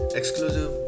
exclusive